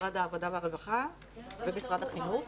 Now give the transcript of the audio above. משרד העבודה והרווחה ומשרד החינוך.